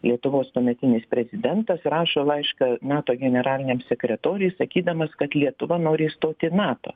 lietuvos tuometinis prezidentas rašo laišką nato generaliniam sekretoriui sakydamas kad lietuva nori įstoti į nato